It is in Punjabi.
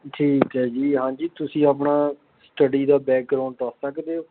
ਠੀਕ ਹੈ ਜੀ ਹਾਂਜੀ ਤੁਸੀਂ ਆਪਣਾ ਸਟੱਡੀ ਦਾ ਬੈਕਗਰਾਉਂਡ ਦੱਸ ਸਕਦੇ ਹੋ